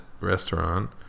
restaurant